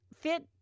fit